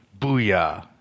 booyah